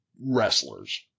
wrestlers